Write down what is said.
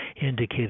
indicated